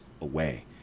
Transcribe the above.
away